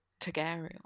targaryen